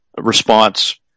response